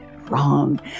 wrong